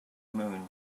moon